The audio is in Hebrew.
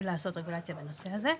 על מנת להביא לרגולציה בנושא הזה.